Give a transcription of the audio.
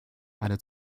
eine